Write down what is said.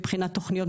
מבחינת תוכניות,